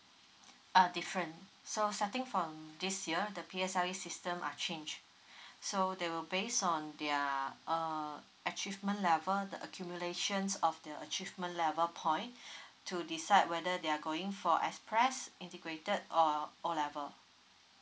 uh different so starting from this year the P_S_L_E system are changed so they will based on their uh achievement level the accumulation of the achievement level point to decide whether they're going for express integrated or O level